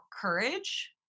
Courage